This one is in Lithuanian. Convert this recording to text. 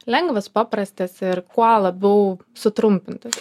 lengvas paprastas ir kuo labiau sutrumpintas